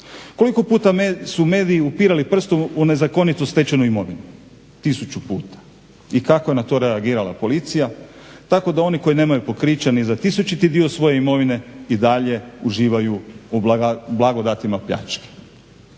Koliko puta su mediji upirali prstom u nezakonito stečenu imovinu – tisuću puta. I kako je na to reagirala policija? Tako da oni koji nemaju pokriće ni za tisućiti dio svoje imovine i dalje uživaju u blagodatima pljačke.